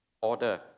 order